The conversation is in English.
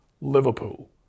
Liverpool